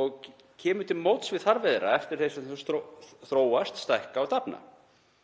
og kemur til móts við þarfir þeirra eftir því sem þau þróast, stækka og dafna.